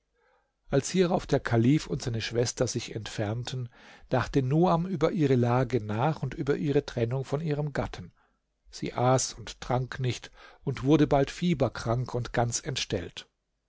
als hierauf der kalif und seine schwester sich entfernten dachte nuam über ihre lage nach und über ihre trennung von ihrem gatten sie aß und trank nicht und wurde bald fieberkrank und ganz entstellt